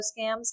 scams